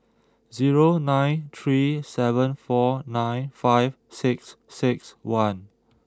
zero nine three seven four nine five six six one